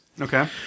okay